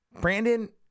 Brandon